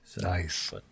Nice